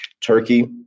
Turkey